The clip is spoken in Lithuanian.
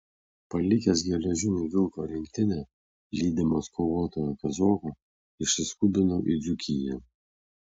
palikęs geležinio vilko rinktinę lydimas kovotojo kazoko išsiskubinau į dzūkiją